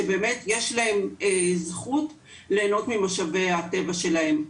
שבאמת יש להם זכות ליהנות ממושבי הטבע שלהם.